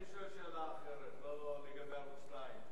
אני שואל שאלה אחרת, לא לגבי ערוץ-2.